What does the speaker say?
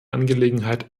angelegenheit